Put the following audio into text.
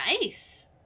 Nice